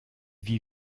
vit